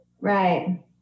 Right